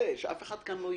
שאף אחד לא יטעה.